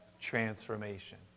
transformation